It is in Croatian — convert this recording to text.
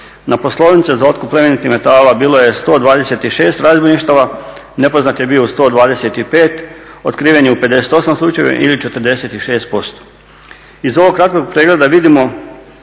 Na poslovice za otkup plemenitih metala bilo je 126 razbojništava, nepoznat je bio u 125, otkriven je 58 slučajeva ili 46%. Iz ovog kratkog pregleda vidimo